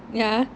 ya